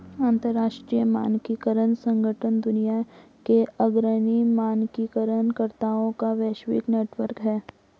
अंतर्राष्ट्रीय मानकीकरण संगठन दुनिया के अग्रणी मानकीकरण कर्ताओं का वैश्विक नेटवर्क है